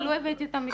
לא, לא הבאתי את המכרז.